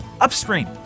upstream